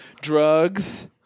Drugs